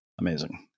Amazing